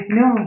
no